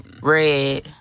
Red